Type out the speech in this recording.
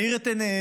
נאיר את עיניהם,